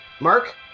Mark